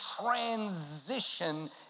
transition